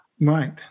Right